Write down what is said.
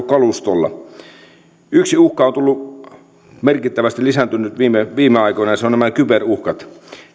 kalustolla yksi uhka on merkittävästi lisääntynyt viime viime aikoina ja se on nämä kyberuhkat